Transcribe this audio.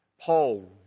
Paul